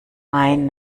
mein